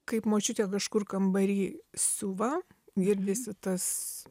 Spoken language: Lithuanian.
kaip močiutė kažkur kambary siuva girdisi tas